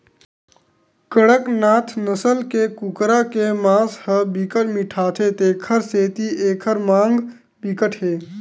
कड़कनाथ नसल के कुकरा के मांस ह बिकट मिठाथे तेखर सेती एखर मांग बिकट हे